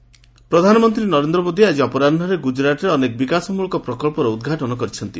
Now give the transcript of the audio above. PM Gujarat ପ୍ରଧାନମନ୍ତ୍ରୀ ନରେନ୍ଦ୍ର ମୋଦି ଆଜି ଅପରାହ୍ନରେ ଗୁଜରାଟ୍ରେ ଅନେକ ବିକାଶମଳକ ପ୍ରକଳ୍ପର ଉଦ୍ଘାଟନ କରିଛନ୍ତି